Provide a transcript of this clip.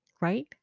Right